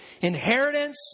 inheritance